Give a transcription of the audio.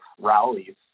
rallies